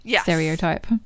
stereotype